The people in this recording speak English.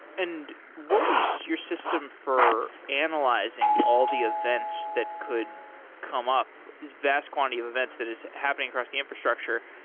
and what was your system for analyzing all the events that could come up this vast quantity of events that is happening across the infrastructure?